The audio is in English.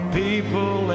people